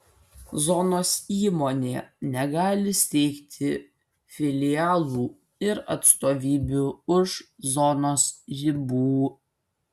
zonos įmonė negali steigti filialų ir atstovybių už zonos ribų